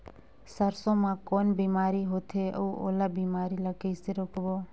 सरसो मा कौन बीमारी होथे अउ ओला बीमारी ला कइसे रोकबो?